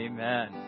Amen